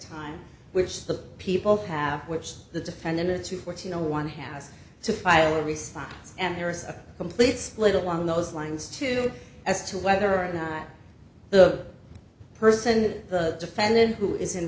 time which the people have which the defendant to fourteen no one has to file a response and there is a complete split along those lines to as to whether or not the person the defendant who is